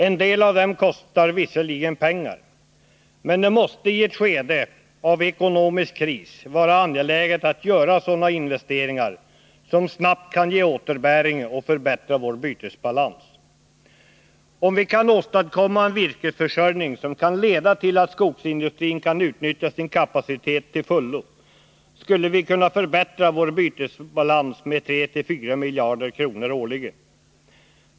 En del av dem kostar visserligen pengar, men det måste i ett skede av ekonomisk kris vara angeläget att göra sådana investeringar som snabbt kan ge återbäring och förbättra vår bytesbalans. Om vi kunde åstadkomma en virkesförsörjning som ledde till att skogsindustrin kunde utnyttja sin kapacitet till fullo, skulle vi kunna förbättra vår bytesbalans med 34 miljarder kronor årligen.